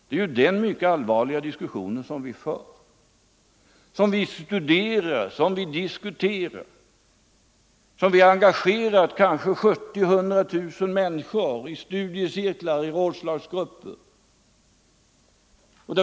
Det är den mycket allvarliga frågan som vi studerar och diskuterar; det är för att få svar på den som vi har engagerat kanske 70 000-100 000 människor i studiecirklar, rådslagsgrupper.